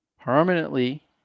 permanently